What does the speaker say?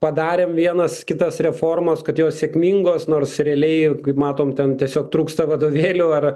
padarėm vienas kitas reformas kad jos sėkmingos nors realiai kaip matom ten tiesiog trūksta vadovėlių ar